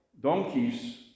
donkeys